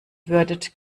würdet